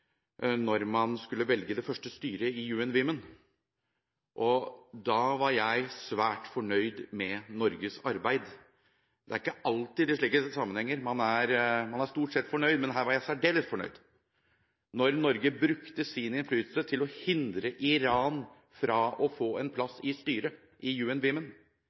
man skulle velge det første styret i UN Women. Da var jeg svært fornøyd med Norges arbeid. Det er ikke alltid i slike sammenhenger – man er stort sett fornøyd, men her var jeg særdeles fornøyd da Norge brukte sin innflytelse til å hindre Iran fra å få en plass i styret i UN Women.